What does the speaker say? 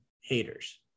haters